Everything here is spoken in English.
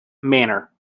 manner